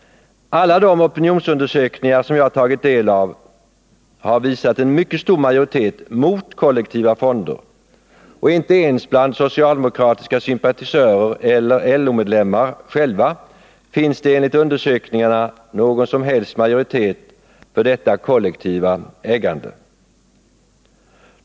Alla de opinionsundersökningar som jag tagit del av har visat en mycket stor majoritet mot kollektiva fonder. Inte ens bland socialdemokratiska sympatisörer eller bland LO-medlemmarna själva finns det enligt undersökningarna någon som helst majoritet för detta kollektiva ägande.